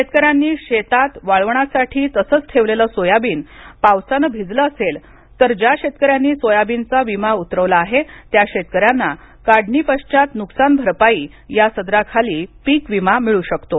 शेतकऱ्यांनी शेतात वाळवण्यासाठी तसंच ठेवलेलं सोयाबीन पावसानं भिजलं असेल तर ज्या शेतकऱ्यांनी सोयाबीनचा विमा उतरवला आहे त्या शेतकऱ्यांना काढणीपश्चात नुकसान भरपाई या सदराखाली पिक विमा मिळू शकतो